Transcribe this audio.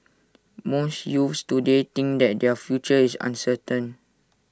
most youths today think that their future is uncertain